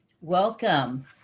Welcome